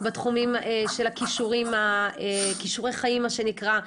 בתחומים של כישורי חיים מה שנקרא.